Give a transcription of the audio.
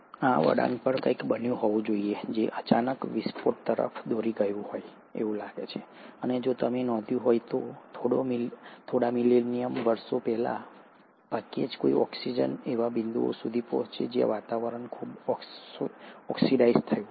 આ વળાંક પર કંઈક બન્યું હોવું જોઈએ જે અચાનક વિસ્ફોટ તરફ દોરી ગયું હશે અને જો તમે નોંધ્યું હોય તો થોડા મિલિયન વર્ષોમાં ભાગ્યે જ કોઈ ઓક્સિજન એવા બિંદુ સુધી પહોંચે જ્યાં વાતાવરણ ખૂબ ઓક્સિડાઇઝ થઈ જાય